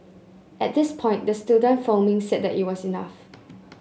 at this point the student filming said that it was enough